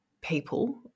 people